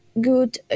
good